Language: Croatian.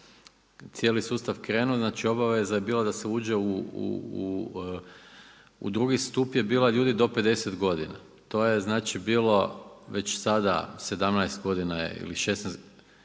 cijeli sustav krenuo, znači obaveza je bila da se uđe u drugi stup je bila ljudi do 50 godina. To je znači bilo već sada 17 godina je ili 16, ili